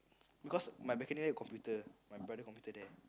because my balcony there computer my brother computer there